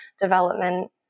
development